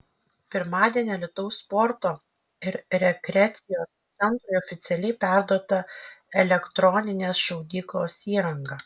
pirmadienį alytaus sporto ir rekreacijos centrui oficialiai perduota elektroninės šaudyklos įranga